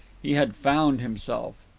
he had found himself.